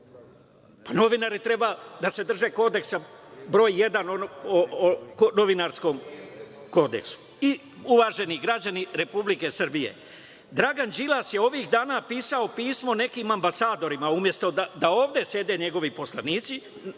Kumrovcu. Novinari treba da se drže Kodeksa br.1 o Novinarskom kodeksu. Uvaženi građani Republike Srbije, Dragan Đilas je ovih dana pisao pismo nekim ambasadorima umesto da ovde sede njegovi poslanici,